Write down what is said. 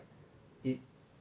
it